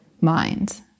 mind